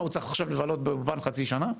מה הוא צריך עכשיו לבלות באולפן חצי שנה?